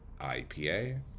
IPA